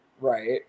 Right